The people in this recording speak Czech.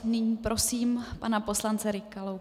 Nyní prosím pana poslance Rykalu.